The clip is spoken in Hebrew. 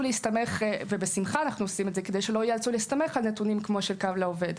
להסתמך ובשמחה אנחנו עושים את זה על נתונים כמו של קו לעובד,